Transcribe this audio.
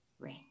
ring